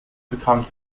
bekam